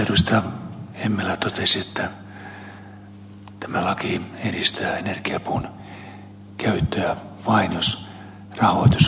hemmilä totesi että tämä laki edistää energiapuun käyttöä vain jos rahoitus on kunnossa